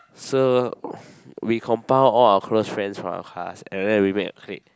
so we compile all our close friends from our class and then we made a clique